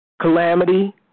calamity